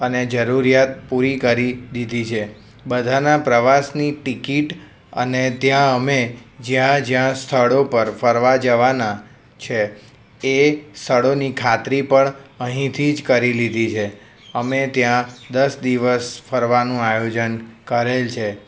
અને જરૂરિયાત પૂરી કરી દીધી છે બધાંનાં પ્રવાસની ટિકિટ અને ત્યાં અમે જ્યાં જ્યાં સ્થળો પર ફરવા જવાના છે એ સ્થળોની ખાત્રી પણ અહીંથી જ કરી લીધી છે અમે ત્યાં દસ દિવસ ફરવાનું આયોજન કરેલ છે